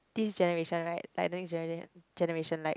this generation right like the next generation generation like